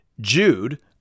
Jude